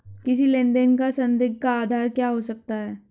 किसी लेन देन का संदिग्ध का आधार क्या हो सकता है?